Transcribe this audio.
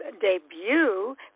debut